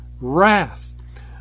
wrath